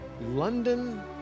London